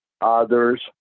others